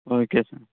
okay sir